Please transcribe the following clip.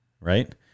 right